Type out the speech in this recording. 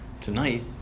Tonight